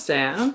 Sam